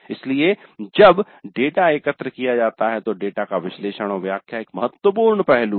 इसलिए जब डेटा एकत्र किया जाता है तो डेटा का विश्लेषण और व्याख्या एक महत्वपूर्ण पहलू है